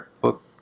book